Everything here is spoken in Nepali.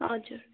हजुर